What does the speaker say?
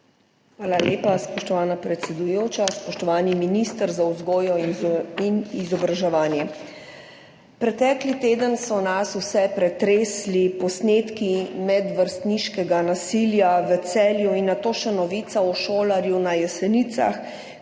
Hvala lepa, spoštovana predsedujoča. Spoštovani minister za vzgojo in izobraževanje! Pretekli teden so nas vse pretresli posnetki medvrstniškega nasilja v Celju in nato še novica o šolarju na Jesenicah,